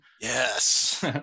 yes